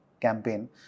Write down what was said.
campaign